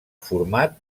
format